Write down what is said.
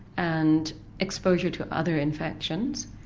and exposure to other infections,